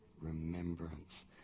remembrance